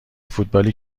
فوتبالی